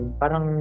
parang